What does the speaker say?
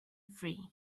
free